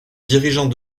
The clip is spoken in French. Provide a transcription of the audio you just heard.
dirigeants